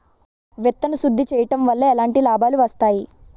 విత్తన శుద్ధి చేయడం వల్ల ఎలాంటి లాభాలు వస్తాయి?